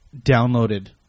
downloaded